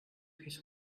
his